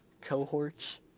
cohorts